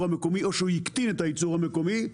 המקומי או שהוא הקטין את הייצור המקומי,